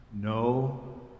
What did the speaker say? No